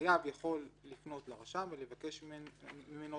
החייב יכול לפנות לרשם ולבקש ממנו